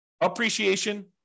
appreciation